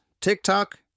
TikTok